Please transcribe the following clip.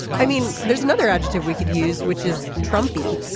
i mean there's another adjective we could use which is trump be.